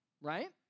right